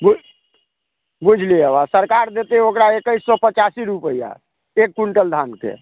बु बुझि लियौ आब सरकार देतै ओकरा एकैस सए पचासी रुपैआ एक क्विंटल धानके